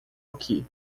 aqui